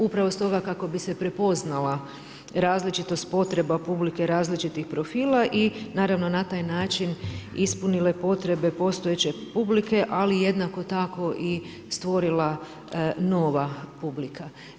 Upravo stoga kako bi se prepoznala različitost potreba publike različitih profila i naravno na taj način ispunile potrebe postojeće publike ali jednako tako i stvorila nova publika.